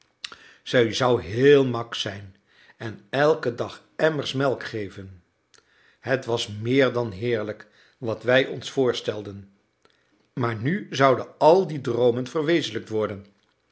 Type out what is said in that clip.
zij zou heel mak zijn en elken dag emmers melk geven het was meer dan heerlijk wat wij ons voorstelden maar nu zouden al die droomen verwezenlijkt worden